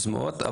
סיסמאות.